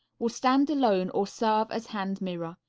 will stand alone or serve as hand mirror.